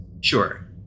Sure